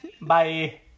Bye